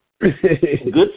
good